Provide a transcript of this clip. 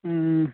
ꯎꯝ